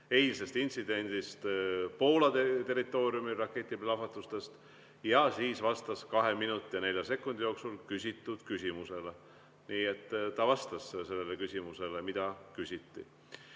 eilsest intsidendist Poola territooriumil, raketiplahvatustest, ja siis vastas 2 minuti ja 4 sekundi jooksul küsitud küsimusele. Nii et ta vastas sellele küsimusele, mida küsiti.